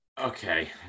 Okay